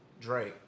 Drake